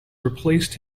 replaced